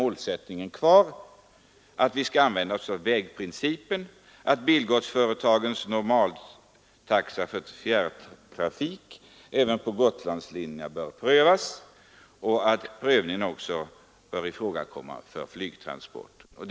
Målsättningen är att vi skall använda vägprincipen, att bilgodsföretagens normaltaxa för fjärrtrafik bör prövas även på Gotlandslinjerna och att prövning också bör ifrågakomma för flygtransporterna.